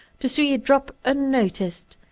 to see it drop unnoticed,